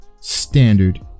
standard